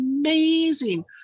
amazing